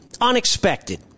unexpected